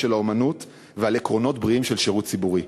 האמנות ועל עקרונות בריאים של שירות ציבורי.